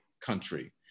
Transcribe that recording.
country